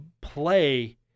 play